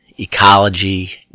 Ecology